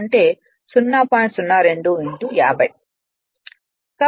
02 50